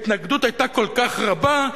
ההתנגדות היתה כל כך רבה,